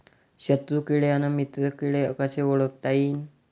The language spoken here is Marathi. शत्रु किडे अन मित्र किडे कसे ओळखता येईन?